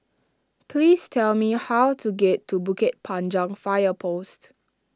please tell me how to get to Bukit Panjang Fire Post